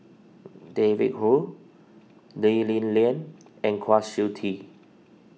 David Kwo Lee Li Lian and Kwa Siew Tee